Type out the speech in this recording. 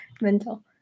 Mental